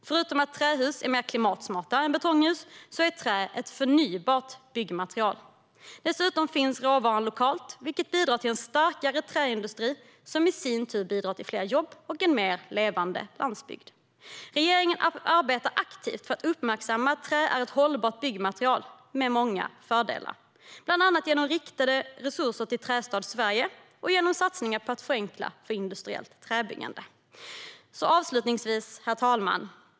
Förutom att trähus är mer klimatsmarta än betonghus är trä ett förnybart byggmaterial. Dessutom finns råvaran lokalt, vilket bidrar till en starkare träindustri som i sin tur bidrar till fler jobb och en mer levande landsbygd. Regeringen arbetar aktivt för att uppmärksamma att trä är ett hållbart byggmaterial med många fördelar, bland annat genom riktade resurser till Trästad Sverige och genom satsningar på att förenkla industriellt träbyggande. Herr talman!